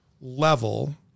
level